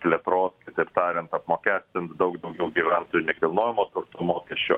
plėtros kitaip tariant apmokestint daug daugiau gyventojų nekilnojamo turto mokesčiu